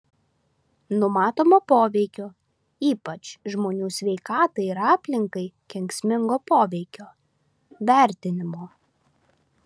numatomo poveikio ypač žmonių sveikatai ir aplinkai kenksmingo poveikio vertinimo